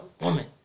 woman